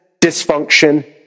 dysfunction